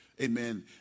amen